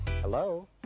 Hello